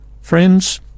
Friends